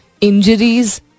injuries